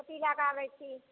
गोटी लए कऽ आबै छी